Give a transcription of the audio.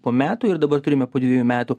po metų ir dabar turime po dviejų metų